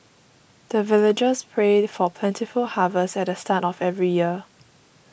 the villagers prayed for plentiful harvest at the start of every year